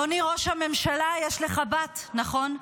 אדוני ראש הממשלה, יש לך בת, נכון?